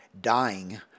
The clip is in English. dying